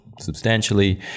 substantially